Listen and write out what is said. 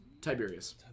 Tiberius